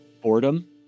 boredom